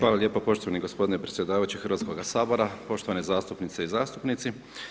Hvala lijepo poštovani gospodine predsjedavajući Hrvatskoga sabora, poštovane zastupnice i zastupnici.